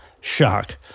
shock